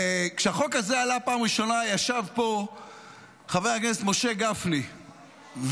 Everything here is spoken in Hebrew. כשהחוק הזה עלה פעם ראשונה ישב פה חבר הכנסת משה גפני ואמר,